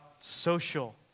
social